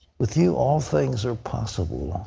with you all things are possible.